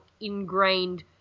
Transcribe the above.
ingrained